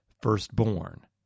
firstborn